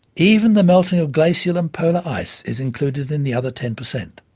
even the melting of glacial and polar ice is included in the other ten percent.